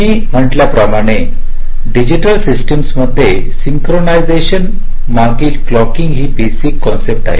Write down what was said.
मी म्हंटल्या प्रमाणे डिजिटल सिस्टममध्ये सिंक्रोनाइेशन मागील क्लोकिंग ही बेसिक कन्सेप्ट आहे